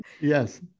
Yes